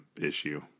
issue